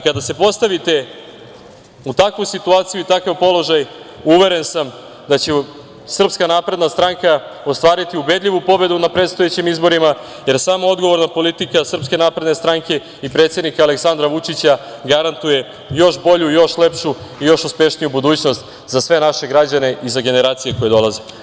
Kada se postavite u takvu situaciju i takav položaj, uveren sam da će SNS ostvariti ubedljivu pobedu na predstojećim izborima, jer samo odgovorna politika SNS i predsednika Aleksandra Vučića garantuje još bolju, još lepšu i još uspešniju budućnost za sve naše građane i za generacije koje dolaze.